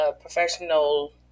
professional